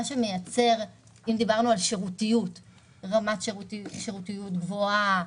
מה שמייצר רמת שירותיות גבוהה,